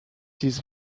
this